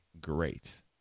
great